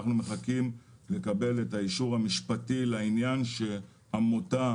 אנחנו מחכים לקבל את האישור המשפטי לעניין שעמותה